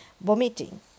vomiting